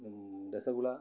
rasgulla